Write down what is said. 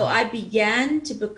(אומרת דברים בשפה האנגלית להלן התרגום החופשי) התחלתי להיות